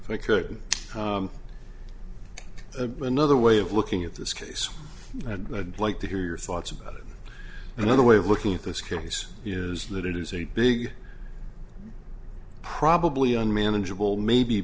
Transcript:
curtain another way of looking at this case and i'd like to hear your thoughts about it another way of looking at this case is that it is a big probably unmanageable maybe